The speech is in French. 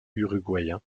uruguayen